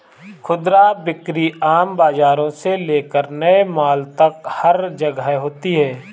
खुदरा बिक्री आम बाजारों से लेकर नए मॉल तक हर जगह होती है